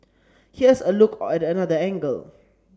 here's a look at another angle